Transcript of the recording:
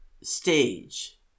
stage